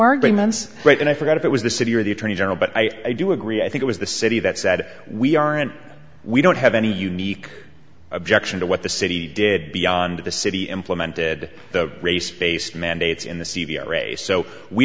then i forget if it was the city or the attorney general but i do agree i think it was the city that said we aren't we don't have any unique objection to what the city did beyond the city implemented the race based mandates in the cvo race so we